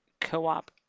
co-op